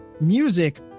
music